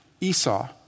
Esau